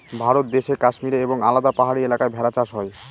ভারত দেশে কাশ্মীরে এবং আলাদা পাহাড়ি এলাকায় ভেড়া চাষ হয়